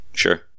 sure